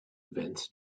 events